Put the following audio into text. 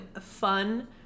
fun